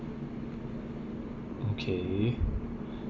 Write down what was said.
okay